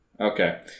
Okay